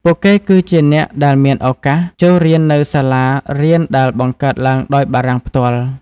ពួកគេគឺជាអ្នកដែលមានឱកាសចូលរៀននៅសាលារៀនដែលបង្កើតឡើងដោយបារាំងផ្ទាល់។